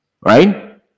right